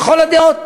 לכל הדעות.